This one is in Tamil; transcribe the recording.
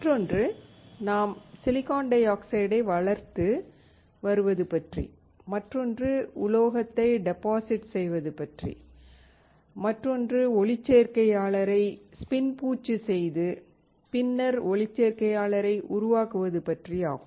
மற்றொன்று நாம் சிலிக்கான் டை ஆக்சைடை வளர்த்து வருவது பற்றி மற்றொன்று உலோகத்தை டெபாசிட் செய்வது பற்றி மற்றொன்று ஒளிச்சேர்க்கையாளரை ஸ்பின் பூச்சு செய்து பின்னர் ஒளிச்சேர்க்கையாளரை உருவாக்குவது பற்றி ஆகும்